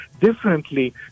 differently